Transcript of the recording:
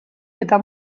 eta